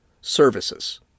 services